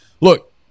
look